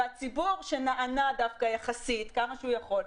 הציבור שנענה יחסית עד כמה שהוא יכול,